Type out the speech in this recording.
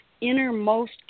innermost